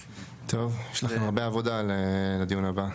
טוב, יש לכם הרבה עבודה לדיון הבא.